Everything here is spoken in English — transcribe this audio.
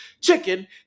Chicken